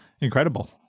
incredible